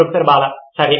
professor Bala సరే